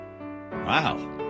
Wow